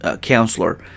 counselor